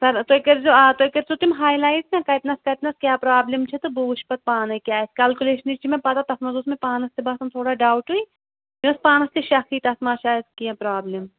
سَر تۄہہ کٔرزیٚو آ تُہۍ کٔر زیٚو تِم ہایلایِٹ نا کَتِنس کَتِنس کیاہ پرابلِم چھِ تہٕ بہٕ وٕچھہٕ پَتہٕ پانے کیاہ آسہِ کَلکُلیشنٕچ چھٕ مےٚ تہِ پتاہ تتھ منٛز اوس مےٚ پانٛس تہٕ باسان تھوڑا ڈاوٹُے مےٚ اوس پانٛس تہٕ شَکھٕے تتھ ما آسہِ شایَد کیٚنٛہہ پرابلِم